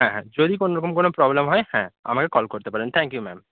হ্যাঁ হ্যাঁ যদি কোনোরকম কোনো প্রবলেম হয় হ্যাঁ আমাকে কল করতে পারেন থ্যাঙ্ক ইউ ম্যাম